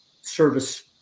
service